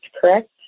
correct